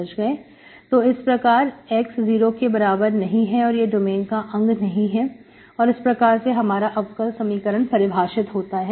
तो इस प्रकार x 0 के बराबर नहीं है और यह डोमेन का अंग नहीं है और इस प्रकार से हमारा अवकल समीकरण परिभाषित होता है